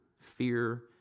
Fear